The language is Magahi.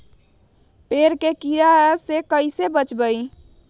पेड़ के कीड़ा से कैसे बचबई?